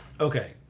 okay